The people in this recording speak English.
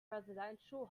residential